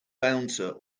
bouncer